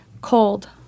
Cold